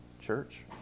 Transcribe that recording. church